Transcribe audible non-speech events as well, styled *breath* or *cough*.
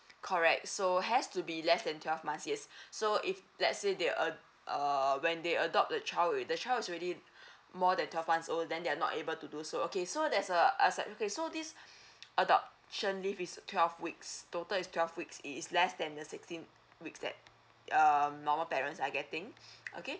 correct so has to be less than twelve months yes *breath* so if let's say they ad~ uh when they adopt the child with the child is already *breath* more than twelve months old then they are not able to do so okay so there's a exception case so this *breath* adoption leave is twelve weeks total is twelve weeks is less than the sixteen weeks that um normal parents are getting okay